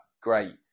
great